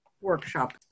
workshop